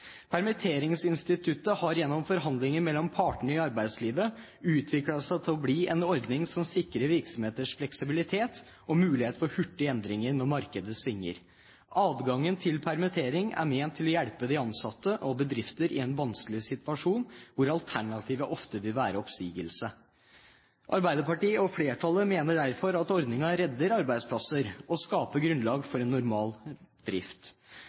Permitteringsinstituttet har gjennom forhandlinger mellom partene i arbeidslivet utviklet seg til å bli en ordning som sikrer virksomheters fleksibilitet og mulighet for hurtige endringer når markedet svinger. Adgangen til permittering er ment å hjelpe de ansatte og bedrifter i en vanskelig situasjon hvor alternativet ofte vil være oppsigelse. Arbeiderpartiet – og flertallet – mener derfor at ordningen redder arbeidsplasser og skaper grunnlag for en normal drift.